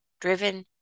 driven